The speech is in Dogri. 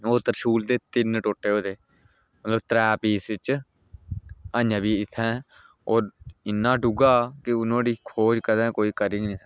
ओह् तरशूल दे तिन्न टोटे होए दे मतलब त्रैऽ पीस च अजें बी इ'त्थें ओह् इ'न्ना डूह्गा की ओह् नुहाड़ी खोज कदें कोई करी गै निं सकै